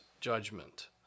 judgment